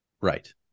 right